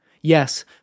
Yes